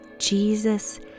Jesus